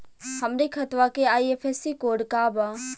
हमरे खतवा के आई.एफ.एस.सी कोड का बा?